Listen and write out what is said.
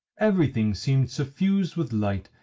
everything seemed suffused with light,